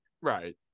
right